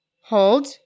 hold